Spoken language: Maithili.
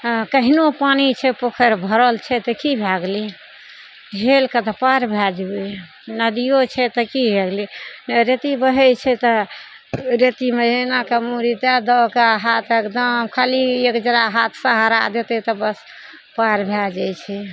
हँ केहनो पानि छै पोखरि भरल छै तऽ की भए गेलय हेलकऽ तऽ पार भए जेबय नदिओ छै तऽ की भए गेलय रेती बहय छै तऽ रेतीमे एनाकऽ मुरी दै दऽ के हाथ एकदम खाली एक जरा हाथ सहारा देतै तऽ बस पार भए जाइ छै